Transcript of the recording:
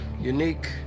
unique